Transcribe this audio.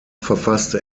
verfasste